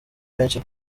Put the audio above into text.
benshi